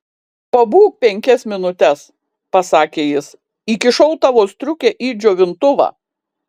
pabūk penkias minutes pasakė jis įkišau tavo striukę į džiovintuvą